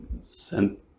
sent